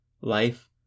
life